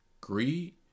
greed